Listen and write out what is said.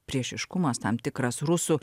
priešiškumas tam tikras rusų